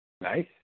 Nice